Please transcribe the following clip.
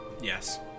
Yes